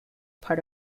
part